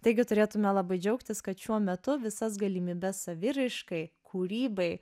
taigi turėtume labai džiaugtis kad šiuo metu visas galimybes saviraiškai kūrybai